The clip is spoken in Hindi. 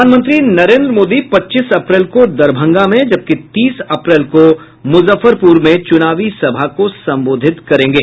प्रधानमंत्री नरेन्द्र मोदी पच्चीस अप्रैल को दरभंगा में जबकि तीस अप्रैल को मुजफ्फरपुर में चुनावी सभा को संबोधित करेंगे